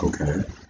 okay